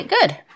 good